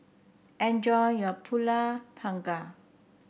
enjoy your pulut panggang